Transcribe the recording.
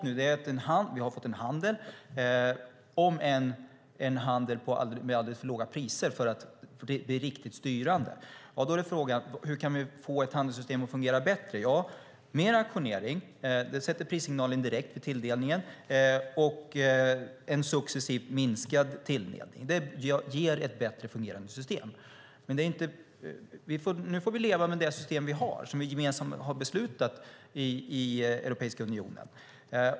Nu har vi fått en handel, om än med alldeles för låga priser för att bli riktigt styrande. Då är frågan hur vi får ett handelssystem att fungera bättre. Mer auktionering, som signalerar priset direkt vid tilldelningen, och en successivt minskad tilldelning ger ett bättre fungerande system. Nu får vi leva med det system vi har och som vi gemensamt har beslutat om i Europeiska unionen.